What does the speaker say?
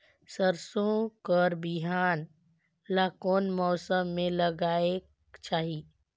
सरसो कर बिहान ला कोन मौसम मे लगायेक चाही?